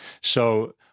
So-